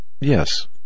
Yes